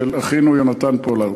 של אחינו יונתן פולארד.